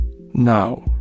now